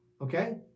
Okay